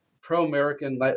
pro-American